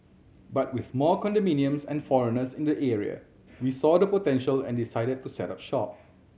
but with more condominiums and foreigners in the area we saw the potential and decided to set up shop